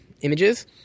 images